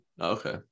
Okay